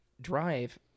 Drive